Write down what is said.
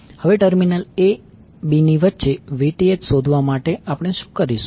હવે terminal a b ની વચ્ચે VTh શોધવા માટે આપણે શું કરીશું